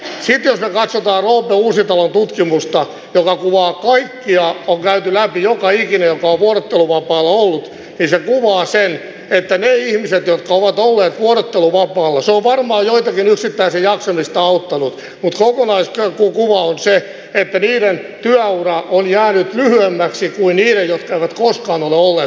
sitten jos me katsomme roope uusitalon tutkimusta joka kuvaa kaikkia on käyty läpi joka ikinen joka on vuorotteluvapaalla ollut niin se kuvaa sen että niistä ihmisistä jotka ovat olleet vuorotteluvapaalla se on varmaan joitakin yksittäisiä jaksamisessa auttanut mutta kokonaiskuva on se että niiden työura on jäänyt lyhyemmäksi kuin niiden jotka eivät koskaan ole olleet vuorotteluvapaalla